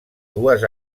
dues